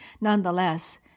Nonetheless